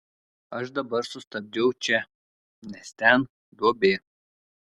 aš dabar sustabdžiau čia nes ten duobė